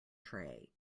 tray